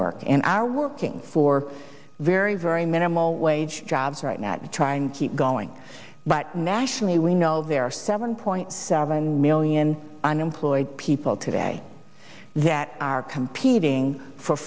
work and are working for very very minimal wage jobs right now to try and keep going but nationally we know there are seven point seven million unemployed people today that are competing for